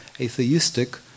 atheistic